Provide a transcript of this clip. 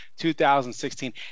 2016